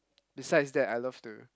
besides that I love to